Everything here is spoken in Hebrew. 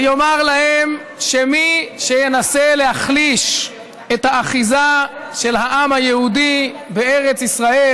ויאמר להם שמי שינסה להחליש את האחיזה של העם היהודי בארץ ישראל,